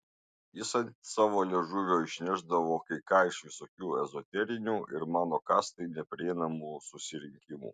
jis ant savo liežuvio išnešdavo kai ką iš visokių ezoterinių ir mano kastai neprieinamų susirinkimų